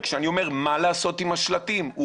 וכשאני אומר מה לעשות עם השלטים הוא